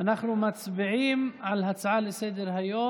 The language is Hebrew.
אנחנו מצביעים על העברה לסדר-היום.